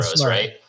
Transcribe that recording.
Right